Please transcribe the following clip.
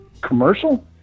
commercial